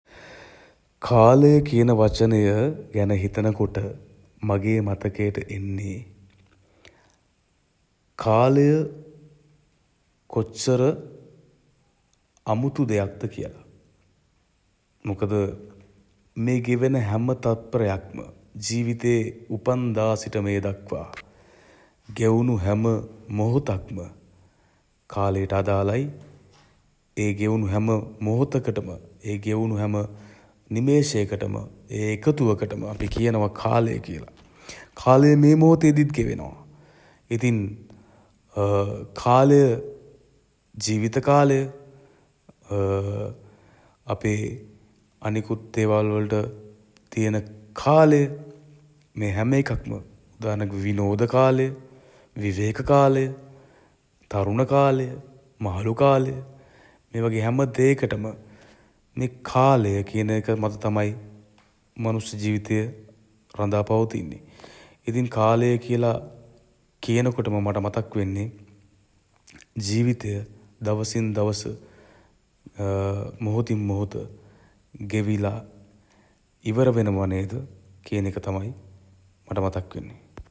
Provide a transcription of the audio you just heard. කාලය කියන වචනය ගැන හිතන කොට මගේ මතකයට එන්නේ කාලය කොච්චර අමුතු දෙයක්ද කියල. මොකද මේ ගෙවෙන හැම තප්පරයක්ම ජීවිතේ උපන්දා සිට මේ දක්වා ගෙවුණු හැම මොහොතක්ම කාලයට අදාළයි. ඒ ගෙවුණු හැම මොහොතකටම ඒ ගෙවුණු හැම නිමේෂයකටම ඒ එකතුවකටම අපි කියනවා කාලය කියල. කාලය මේ මොහොතේදීත් ගෙවෙනවා. ඉතින් කාලය ජීවිත කාලය අපේ අනෙකුත් දේවල් වලට තියෙන කාලය මේ හැම එකක්ම උදාහරණයක් විදියට විනෝද කාලය විවේක කාලය තරුණ කාලය මහළු කාලය මේ වගේ හැම දේකටම මේ කාලය කියන එක මත තමයි මනුස්ස ජීවිතය රඳා පවතින්නේ.